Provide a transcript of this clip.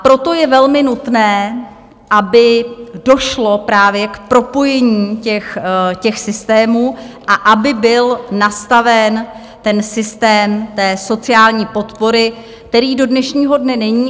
Proto je velmi nutné, aby došlo k propojení těch systémů a aby byl nastaven ten systém sociální podpory, který do dnešního dne není.